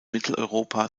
mitteleuropa